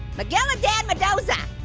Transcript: migueladan mendoza.